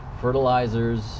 fertilizers